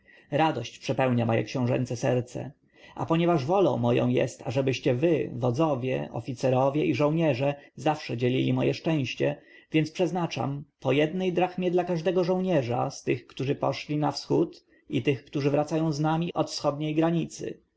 radość przepełnia moje książęce serce a ponieważ wolą moją jest ażebyście wy wodzowie oficerowie i żołnierze zawsze dzielili moje szczęście więc przeznaczam po jednej drachmie dla każdego żołnierza z tych którzy poszli na wschód i tych którzy wracają z nami od wschodniej granicy